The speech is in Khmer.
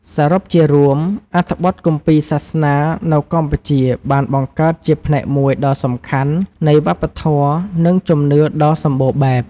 សរុបជារួម អត្ថបទគម្ពីរសាសនានៅកម្ពុជាបានបង្កើតជាផ្នែកមួយដ៏សំខាន់នៃវប្បធម៌ និងជំនឿដ៏សម្បូរបែប។